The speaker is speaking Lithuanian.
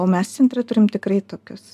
o mes centre turim tikrai tokius